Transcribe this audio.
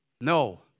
No